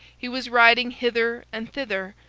he was riding hither and thither,